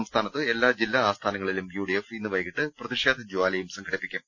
സംസ്ഥാനത്ത് എല്ലാ ജില്ലാ ആസ്ഥാനങ്ങളിലും യു ഡി എഫ് ഇന്ന് വൈകീട്ട് പ്രതിഷേധ ജ്വാലയും സംഘടിപ്പിക്കും